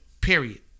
Period